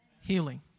healing